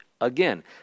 again